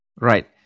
Right